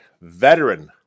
veteran